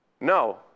No